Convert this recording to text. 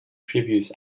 previous